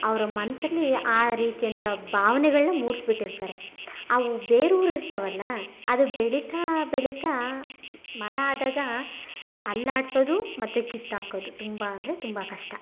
ಅವರ ಮನಸ್ಸಲ್ಲಿ ಆ ರೀತಿಯಾದಂಥ ಭಾವನೆಗಳ್ನ ಮೂಡಿಸಿ ಬಿಟ್ಟಿರ್ತಾರೆ ಅವು ಬೇರೂರಿರ್ತಾವಲ್ಲಾ ಅದು ಬೆಳೀತಾ ಬೆಳೀತಾ ಮರ ಆದಾಗ ಅಲ್ಲಾಡ್ಸೋದು ಮತ್ತು ಕಿತ್ತಾಕೋದು ತುಂಬ ಅಂದರೆ ತುಂಬ ಕಷ್ಟ